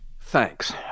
Thanks